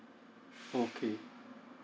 okay